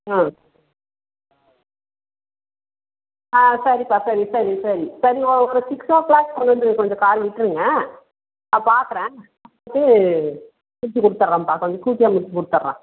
ஓ ஆ சரிப்பா சரி சரி சரி சரி ஓகே சிக்ஸ் ஓ கிளாக் அங்கேருந்து கொஞ்சம் காரை விட்டுருங்க நான் பார்க்குறேன் பார்த்துட்டு முடித்து கொடுத்துட்றேன்ப்பா கொஞ்சம் குயிக்காக முடித்து கொடுத்துட்றேன்